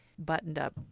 buttoned-up